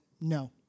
no